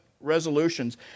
resolutions